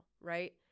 right